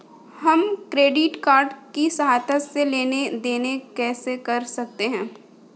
हम credit card की सहायता से लेन देन कैसे कर सकते हैं?